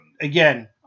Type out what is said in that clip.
again